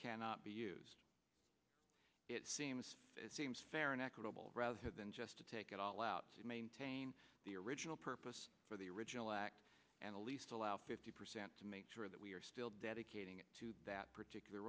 cannot be used it seems it seems fair and equitable rather than just to take it all out to maintain the original purpose for the original act and a lease allow fifty percent to make sure that we are still dedicating it to that particular